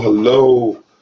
Hello